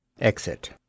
EXIT